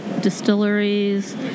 distilleries